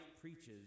preaches